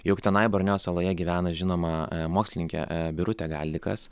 juk tenai borneo saloje gyvena žinoma mokslininkė birutė galdikas